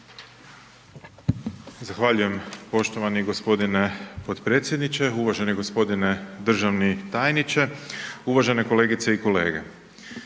Zahvaljujem poštovani g. potpredsjedniče, uvaženi g. državni tajniče, uvažene kolegice i kolege.